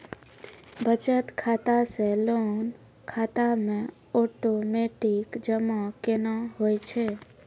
बचत खाता से लोन खाता मे ओटोमेटिक जमा केना होय छै?